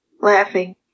laughing